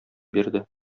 бирде